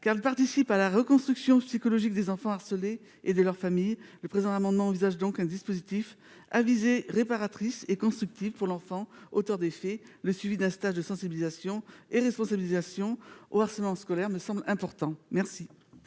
car participe à la reconstruction psychologique des enfants harcelés et de leur famille le présent amendement envisage donc un dispositif avisé réparatrice et constructive pour l'enfant, auteur des faits, le suivi d'un stage de sensibilisation et les sensibilisation au harcèlement scolaire ne sont importants, merci.